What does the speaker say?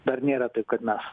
dar nėra taip kad mes